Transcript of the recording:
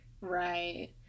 Right